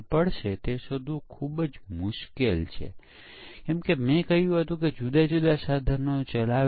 કઇ જુદી જુદી પરીક્ષણ વ્યૂહરચનાઓ છે જેનો ઉપયોગ કરવામાં આવશે